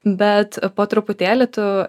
bet po truputėlį tu